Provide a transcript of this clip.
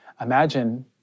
Imagine